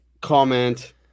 comment